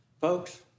Folks